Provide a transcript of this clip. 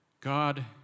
God